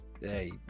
Hey